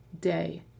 day